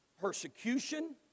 persecution